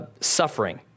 suffering